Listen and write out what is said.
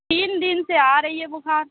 تین دِن سے آ رہی ہے بُخار